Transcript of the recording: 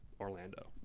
orlando